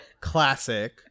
Classic